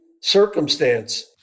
circumstance